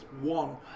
one